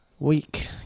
week